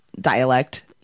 dialect